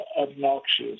obnoxious